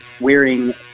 wearing